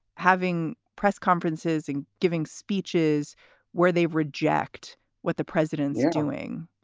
having press conferences and giving speeches where they reject what the president's doing.